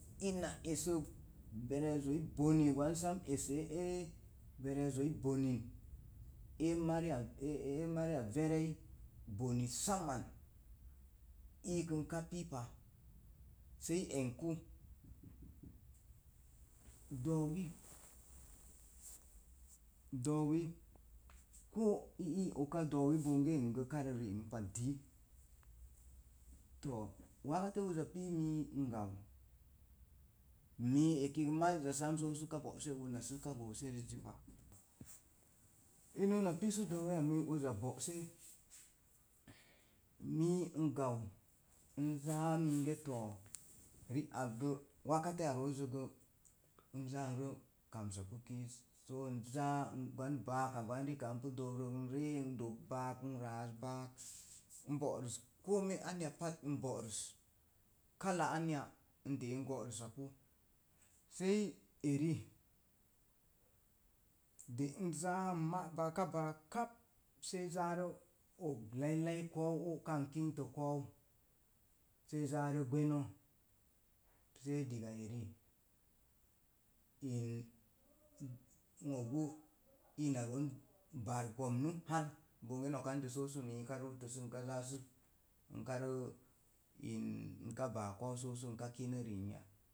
Ina esə verrezoi bonen qwan sam ese éé verrozoi bonen e mariya verei bone saman iikənka piipa. sei ənki ɗoowi ɗowi, koo i ii oka dowi bonge n kagə ri n pa dii. too wakate uza pii mii n gau mi eki mazzə gə sam ka go'se una səka goose ri'zi pa. In una pii sə doowi miiz uzi pi sə bosé mii n gau. In zaa minge to̱o̱. Riakge wakateya roozo ge, n zaa nrə kamsəkə kiiz so n za baaka gwan npu dookro n ree n dops baak, n raas baak. bo'rus kome anya pat nbors. Kala anya n dé n bo'rus pu se eri de i zaa n má baaka baak sei zaarə og lallai ko̱o̱w óka n kinte ko̱o̱w sei zaarə gwene, sei digar eri in n oga ina roon baar gompu har bonge no̱k ande sə mi’ nka ruuto sə nka zaa su nka rə in nka baa ko̱o̱w nka kine ri na ya?